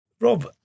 Rob